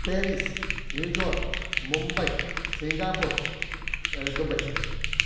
Paris New York Mumbai Singapore त Dubai